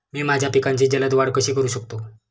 मी माझ्या पिकांची जलद वाढ कशी करू शकतो?